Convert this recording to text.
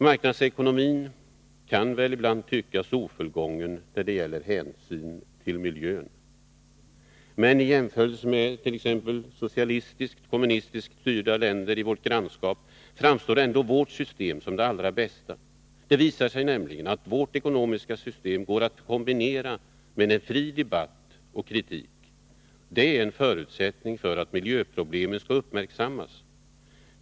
Marknadsekonomin kan väl ibland tyckas ofullgången när det gäller hänsyn till miljön. Men i jämförelse med t.ex. socialistiskt eller kommunistiskt styrda länder i vårt grannskap framstår ändå vårt system som det allra bästa. Det visar sig nämligen att vårt ekonomiska system går att kombinera med fri debatt och kritik. Det är en förutsättning för att miljöproblemen skall uppmärksammas.